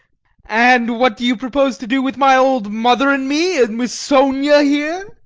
and what do you propose to do with my old mother and me and with sonia here?